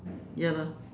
ya lah